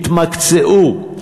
התמקצעו,